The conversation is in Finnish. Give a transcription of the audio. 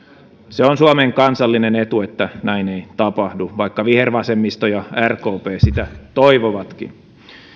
se on suomen kansallinen etu että näin ei tapahdu vaikka vihervasemmisto ja rkp sitä toivovatkin